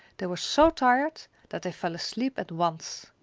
they were so tired that they fell asleep at once.